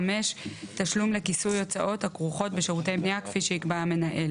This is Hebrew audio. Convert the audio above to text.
(5)תשלום לכיסוי הוצאות הכרוכות בשירותי בניה כפי שיקבע המנהל.